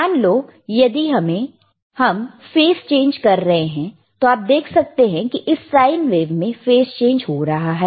मान लो यदि हम फेस चेंज कर रहे हैं तो आप देख सकते हैं इस साइन वेव में फेस चेंज हो रहा है